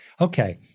Okay